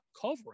covering